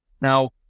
Now